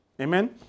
Amen